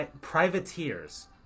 Privateers